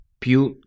Più